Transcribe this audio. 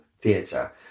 Theatre